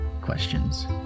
questions